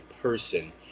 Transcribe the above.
person